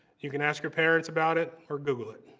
you can ask your parents about it or google it.